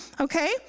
okay